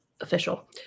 official